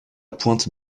pointe